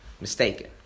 mistaken